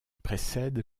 précède